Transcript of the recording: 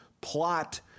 plot